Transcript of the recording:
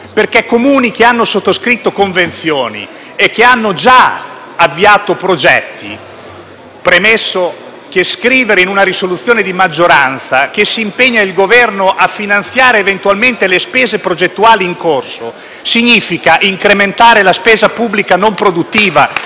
sono Comuni che hanno sottoscritto convenzioni e hanno già avviato progetti. Premesso che scrivere in una risoluzione di maggioranza che si impegna il Governo a finanziare eventualmente le spese progettuali in corso significa incrementare la spesa pubblica non produttiva,